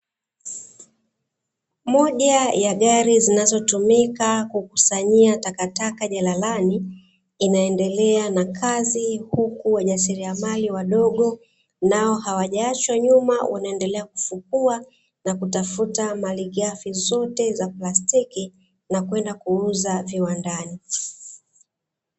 Moja ya gari zinazotumika kukusanyia takataka jalalani inaendelea na kazi, huku wajasiriamali wadogo nao hawajaachwa nyuma. wanaendelea kufukuwa na kutafuta malighafi zote za plastiki na kwenda kuuzwa viwandani.